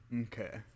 Okay